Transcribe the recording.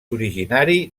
originari